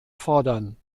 fordern